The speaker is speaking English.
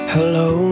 Hello